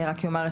רק אומר,